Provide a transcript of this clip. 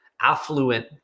affluent